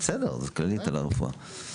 בסדר, זה כללית על הרפואה.